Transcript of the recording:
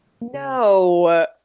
No